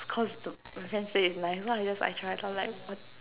cause the my friend say it's nice so I just I try I'm like wh~